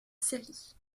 série